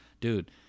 dude